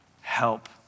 help